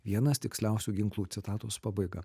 vienas tiksliausių ginklų citatos pabaiga